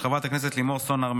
של חברת הכנסת לימור סון הר מלך.